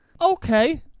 Okay